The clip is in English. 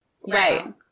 Right